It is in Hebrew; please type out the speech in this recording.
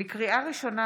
לקריאה ראשונה,